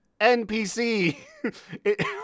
NPC